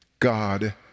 God